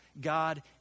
God